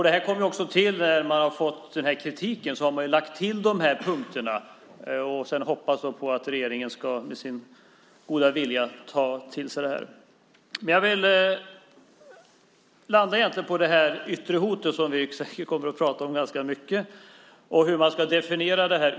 Detta kom till när man fick kritik. Då lade man till dessa punkter, och nu hoppas man på att regeringen i sin goda vilja ska ta till sig detta. Jag vill landa på det yttre hotet - som vi säkert kommer att tala om ganska mycket och hur man ska definiera det.